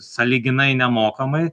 sąlyginai nemokamai